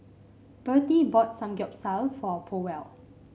Birtie bought Samgyeopsal for Powell